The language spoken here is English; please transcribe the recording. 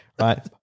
Right